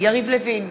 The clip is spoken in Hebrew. יריב לוין,